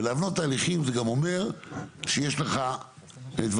ולהבנות תהליכים זה גם אומר שיש לך דברים,